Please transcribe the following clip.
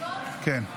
יש